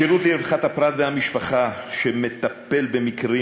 השירות לרווחת הפרט והמשפחה מטפל במקרים